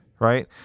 right